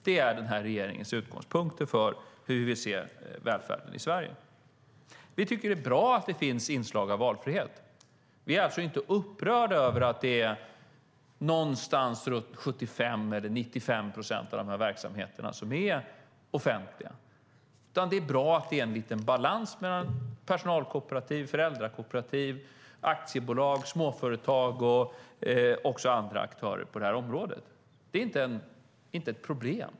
Det är regeringens utgångspunkter för hur vi ser välfärden i Sverige. Vi tycker att det är bra att det finns inslag av valfrihet. Vi är alltså inte upprörda över att det är runt 75 eller 95 procent av verksamheterna som är offentliga. Det är bra att det är lite balans mellan personalkooperativ, föräldrakooperativ, aktiebolag, småföretag och andra aktörer på det här området. Det är inte ett problem.